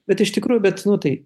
bet iš tikrųjų bet nu tai